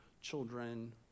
children